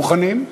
מוכנים?